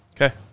Okay